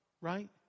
right